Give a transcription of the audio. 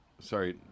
Sorry